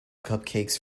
cupcakes